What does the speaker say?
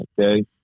Okay